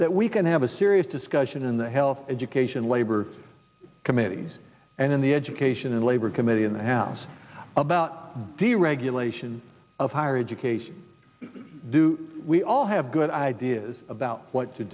that we can have a serious discussion in the health education labor committees and in the education and labor committee in the house about deregulation of higher education do we all have good ideas about what to